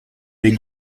des